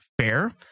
fair